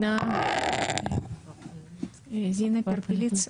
זינה פרפליצין.